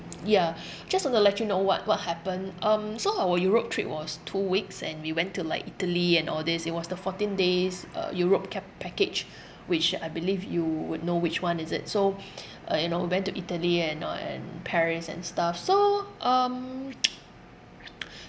ya just want to let you know what what happened um so our europe trip was two weeks and we went to like italy and all these it was the fourteen days uh europe kap~ package which I believe you would know which one is it so uh you know I went to italy and uh and paris and stuff so um